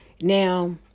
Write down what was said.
Now